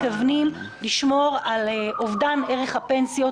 היא צריכה להכיל צמיחה כמו עידודי השקעות,